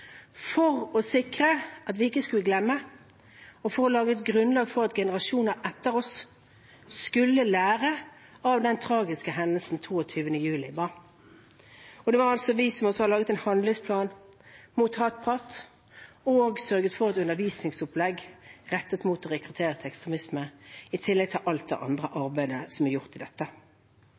for å sikre at vi ikke skulle glemme, og for å legge et grunnlag for at generasjoner etter oss skulle lære av den tragiske hendelsen som 22. juli var. Og det er vi som har laget en handlingsplan mot hatprat og sørget for et undervisningsopplegg rettet mot rekruttering til ekstremisme – i tillegg til alt det andre arbeidet som er gjort med dette.